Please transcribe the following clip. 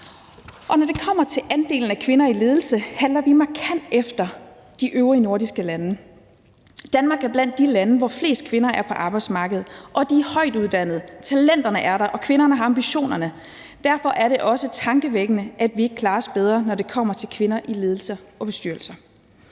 Og når det kommer til andelen af kvinder i ledelser, halter vi markant efter de øvrige nordiske lande. Danmark er blandt de lande, hvor flest kvinder er på arbejdsmarkedet, og de er højtuddannede, talenterne er der, og kvinderne har ambitionerne. Derfor er det også tankevækkende, at vi ikke klarer os bedre, når det kommer til kvinder i ledelser og bestyrelser.